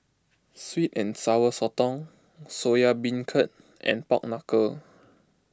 Sweet and Sour Sotong Soya Beancurd and Pork Knuckle